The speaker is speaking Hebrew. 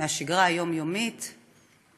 מהשגרה היומיומית בה?